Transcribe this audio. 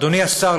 אדוני השר,